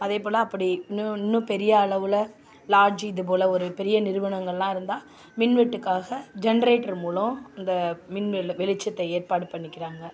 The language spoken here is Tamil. அதைப்போல் அப்படி இன்னும் இன்னும் பெரிய அளவில் லாஜி இதுப்போல் ஒரு பெரிய நிறுவனங்கள் எல்லாம் இருந்தா மின்வெட்டுக்காக ஜென்ரேட்ரு மூலம் இந்த மின் வெளி வெளிச்சத்தை ஏற்பாடு பண்ணிக்கிறாங்க